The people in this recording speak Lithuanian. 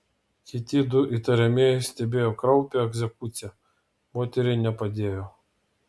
kiti du įtariamieji stebėjo kraupią egzekuciją moteriai nepadėjo